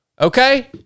Okay